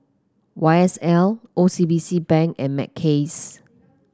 Y S L O C B C Bank and Mackays